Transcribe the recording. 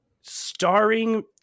Starring